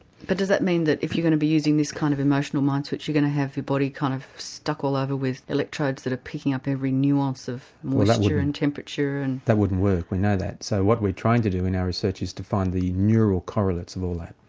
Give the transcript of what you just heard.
but does that mean that if you're going to be using this kind of emotional mind switch you're going to have your body kind of stuck all over with electrodes that are picking up every nuance of moisture and temperature? and that wouldn't work, we know that. so what we're trying to do in our research is to find the neural correlates of all that.